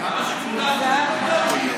גם שיקול הדעת שלהם לא טוב?